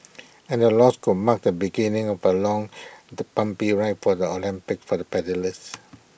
and the loss could mark the beginning of A long the bumpy ride for the Olympics for the paddlers